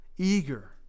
Eager